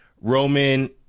Roman